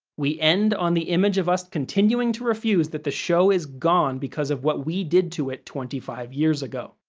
we end on the image of us continuing to refuse that the show is gone because of what we did to it twenty five years ago.